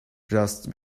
just